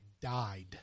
died